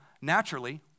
naturally